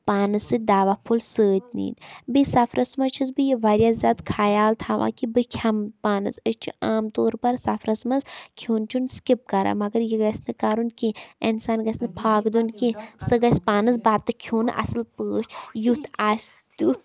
پانَس سۭتۍ دَوا پھوٚل سۭتۍ نِنۍ بیٚیہِ سفرَس منٛز چھٮ۪س بہٕ یہِ واریاہ زیادٕ خیال تھاوان کہِ بہٕ کھیٚمہٕ پانَس أسۍ چھِ عام طور پَر سفرَس منٛز کھٮ۪ون چٮ۪ون سِکِپ کَران مگر یہِ گژھِ نہٕ کَرُن کینٛہہ اِنسان گژھِ نہٕ پھاکہٕ دیُٚن کینٛہہ سُہ گژھِ پانَس بَتہٕ کھٮ۪ون اَصٕل پٲٹھۍ یُتھ آسہِ تیُٚتھ